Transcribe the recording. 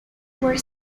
were